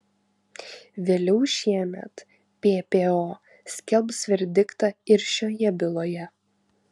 vėliau šiemet ppo skelbs verdiktą ir šioje byloje